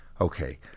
okay